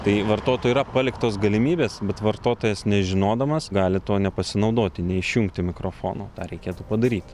tai vartotojui yra paliktos galimybės bet vartotojas nežinodamas gali tuo nepasinaudoti neišjungti mikrofono tą reikėtų padaryti